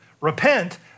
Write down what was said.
Repent